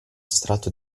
strato